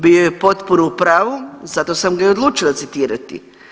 Bio je potpuno u pravu, zato sam ga i odlučila citirati.